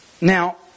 Now